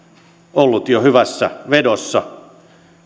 ollut hyvässä vedossa